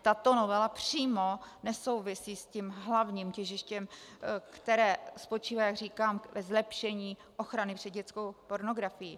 Tato novela přímo nesouvisí s tím hlavním těžištěm, které spočívá, jak říkám, ve zlepšení ochrany před dětskou pornografií.